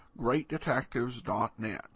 greatdetectives.net